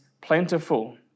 plentiful